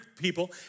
people